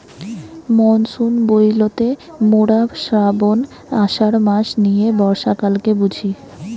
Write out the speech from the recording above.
monsoon বইলতে মোরা শ্রাবন, আষাঢ় মাস নিয়ে বর্ষাকালকে বুঝি